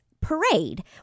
parade